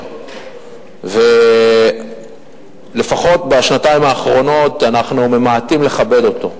1999 ולפחות בשנתיים האחרונות אנחנו ממעטים לכבד אותו.